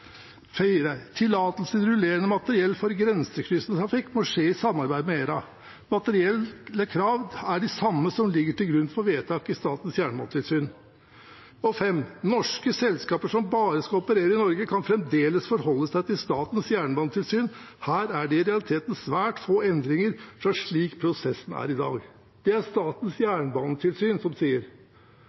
i samarbeid med ERA. Tillatelse til rullende materiell for grensekryssende trafikk må skje i samarbeid med ERA. De materielle kravene er de samme som ligger til grunn for vedtak i Statens jernbanetilsyn. Norske selskaper som bare skal operere i Norge, kan fremdeles forholde seg til Statens jernbanetilsyn. Her er det i realiteten svært få endringer fra slik prosessen er i dag. Dette er det Statens jernbanetilsyn som sier.